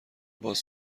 باز